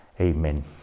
Amen